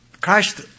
Christ